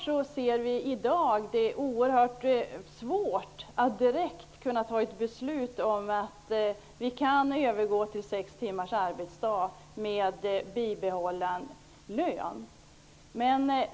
Vi ser i dag att det är oerhört svårt att direkt fatta ett beslut om att övergå till sex timmars arbetsdag med bibehållen lön.